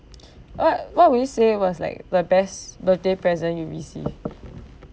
what what would you say was like the best birthday present you received